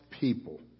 people